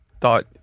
thought